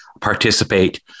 participate